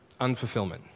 unfulfillment